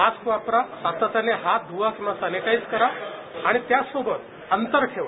mask वापरा सातत्याने हात धुवा किंवा सॅनिटाईज करा आणि त्यासोबतच अंतर ठेवा